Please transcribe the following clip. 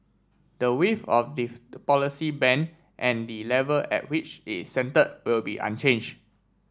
the width of the policy band and the level at which it is centred will be unchanged